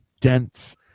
dense